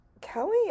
Kelly